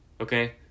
okay